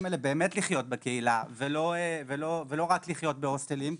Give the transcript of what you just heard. האלה לחיות בקהילה ולא רק לחיות בהוסטלים,